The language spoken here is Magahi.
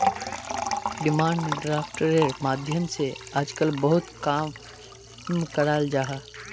डिमांड ड्राफ्टेर माध्यम से आजकल बहुत ला काम कराल जाहा